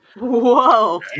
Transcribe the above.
Whoa